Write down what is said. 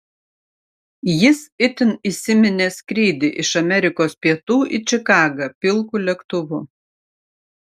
jis itin įsiminė skrydį iš amerikos pietų į čikagą pilku lėktuvu